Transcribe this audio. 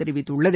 தெரிவித்துள்ளது